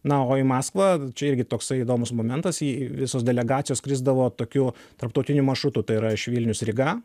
na o į maskvą čia irgi toksai įdomus momentas į visos delegacijos skrisdavo tokiu tarptautiniu maršrutu tai yra iš vilnius ryga